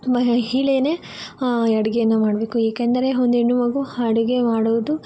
ಮಹಿಳೆಯೇ ಈ ಅಡುಗೇನ ಮಾಡ್ಬೇಕು ಏಕೆಂದರೆ ಒಂದು ಹೆಣ್ಣು ಮಗು ಅಡುಗೆ ಮಾಡುವುದು